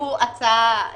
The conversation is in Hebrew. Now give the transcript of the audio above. זו הצעה אחת.